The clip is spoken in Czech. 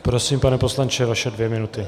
Prosím, pane poslanče, vaše dvě minuty.